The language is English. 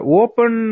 open